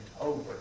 over